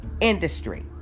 industry